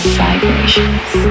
vibrations